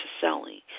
selling